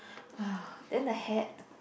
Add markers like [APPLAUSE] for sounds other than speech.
ah [BREATH] then the hat